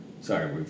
sorry